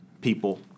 people